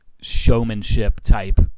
showmanship-type